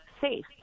safe